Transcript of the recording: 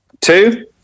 Two